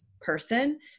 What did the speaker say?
person